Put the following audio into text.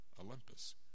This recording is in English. Olympus